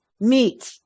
meat